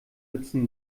nützen